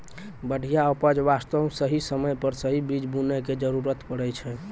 बढ़िया उपज वास्तॅ सही समय पर सही बीज बूनै के जरूरत पड़ै छै